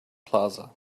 plaza